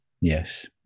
yes